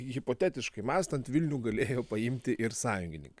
hipotetiškai mąstant vilnių galėjo paimti ir sąjungininkai